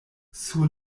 sur